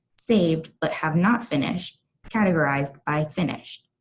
saved but have not finished categorized by finished.